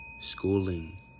schooling